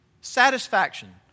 Satisfaction